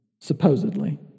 supposedly